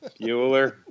Bueller